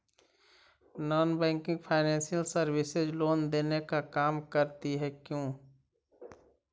Non banking financial services loan देने का काम करती है क्यू?